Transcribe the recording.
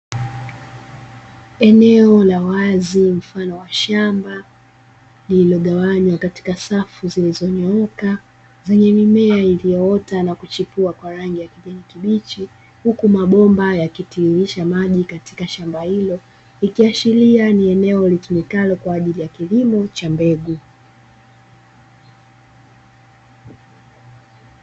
Eneo la wazi mfano wa shamba lililogawanywa katika safu zilizonyooka zenye mimea iliyoota na kuchipua kwa rangi ya kijani kibichi. Huku mabomba yakitiririsha maji katika shamba hilo ikiashiria ni eneo litumikalo kwa ajili ya kilimo cha mbegu.